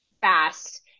fast